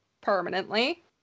permanently